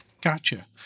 Gotcha